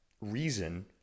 reason